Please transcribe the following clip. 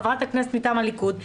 חברת הכנסת מטעם הליכוד,